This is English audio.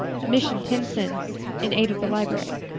admission ten cents, in aid of the library.